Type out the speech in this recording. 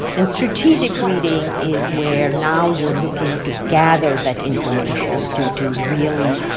and strategic reading is where, now, you're looking to gather that information to to really